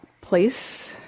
place